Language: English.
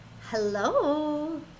Hello